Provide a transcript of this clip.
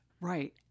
Right